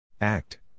Act